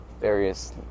various